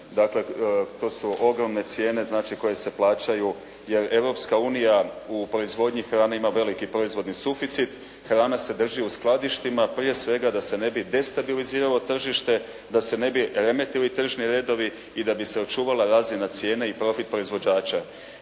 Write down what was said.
Dakle, to su ogromne cijene, znači koje se plaćaju jer Europska unija u proizvodnji hrane ima veliki proizvodni suficit. Hrana se drži u skladištima prije svega da se ne bi destabiliziralo tržište, da se ne bi remetili tržni redovi i da bi se očuvala razina cijene i profit proizvođača.